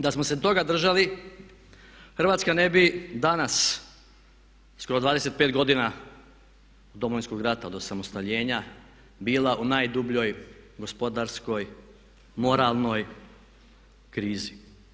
Da smo se toga držali Hrvatska ne bi danas skoro 25 godina od Domovinskog rata od osamostaljenja bila u najdubljoj gospodarskoj, moralnoj krizi.